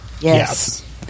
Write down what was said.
Yes